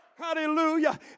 Hallelujah